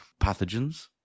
pathogens